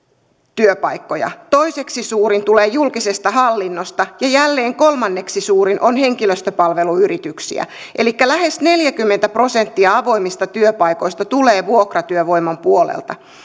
työpaikkoja toiseksi suurin tulee julkisesta hallinnosta ja jälleen kolmanneksi suurin on henkilöstöpalveluyrityksiä elikkä lähes neljäkymmentä prosenttia avoimista työpaikoista tulee vuokratyövoiman puolelta